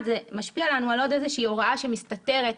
בסעיף 1 (1)ברישה,